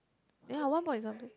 ya one point something